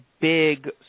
big